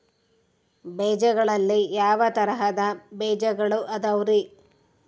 ಬೇಜಗಳಲ್ಲಿ ಯಾವ ತರಹದ ಬೇಜಗಳು ಅದವರಿ?